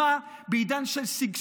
בעידן של קדמה,